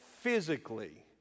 physically